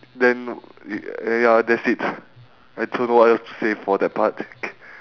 then uh ya that's it I don't know what else to say for that part